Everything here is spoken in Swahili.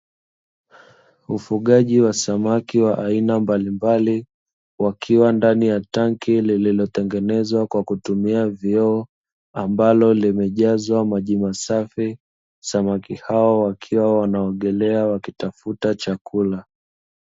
Ufugaji wa samaki wa aina mbalimbali wakiwa ndani ya tanki lililotengenezwa kwa kutumia vioo, ambalo limejazwa maji masafi. Samaki hao wakiwa wanaogelea wakitafuta chakula.